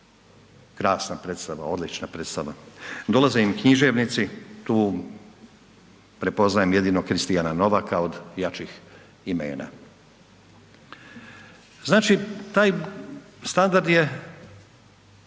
krasna predstava, odlična predstava, dolaze im književnici, tu prepoznajem jedino Kristijana Novaka od jačih imena. Znači taj standard je,